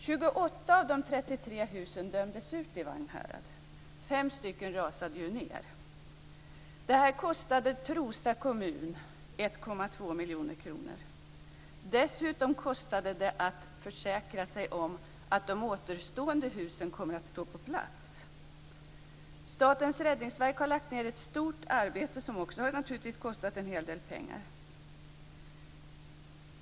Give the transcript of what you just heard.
28 av de 33 husen dömdes ut i Vagnhärad. 5 hus rasade ju ned. Detta kostade Trosa kommun 1,2 miljoner kronor. Dessutom kostade det att försäkra sig om att de återstående husen skulle stå på plats. Statens räddningsverk har lagt ned ett stort arbete som naturligtvis också har kostat en hel del pengar.